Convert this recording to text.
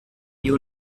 you